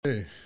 hey